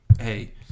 hey